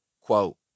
Quote